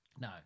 No